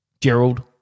Gerald